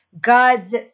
God's